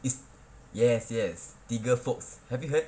is yes yes TIGA folks have you heard